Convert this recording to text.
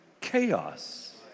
chaos